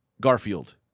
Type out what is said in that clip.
Garfield